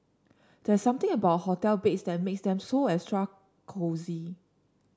there's something about hotel beds that makes them so extra cosy